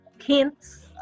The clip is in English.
hints